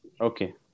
Okay